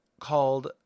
called